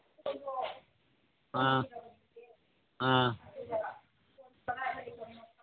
ꯑꯥ ꯑꯥ